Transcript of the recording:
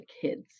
kids